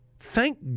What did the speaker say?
Thank